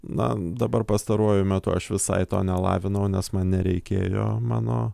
na dabar pastaruoju metu aš visai to nelavinau nes man nereikėjo mano